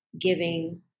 giving